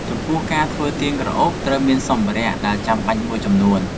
ចំពោះ ការធ្វើទៀនក្រអូបត្រូវការសម្ភារៈដែលចាំបាច់មួយចំនួន។